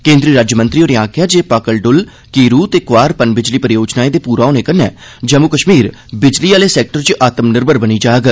केन्द्री राज्यमंत्री होरें गलाया जे पकल डुल कीरू ते क्वार बिजली परियोजनाएं दे पूरा होने कन्नै जम्मू कश्मीर बिजली आह्ले सैक्टर च आत्म निर्भर बनी जाग